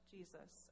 Jesus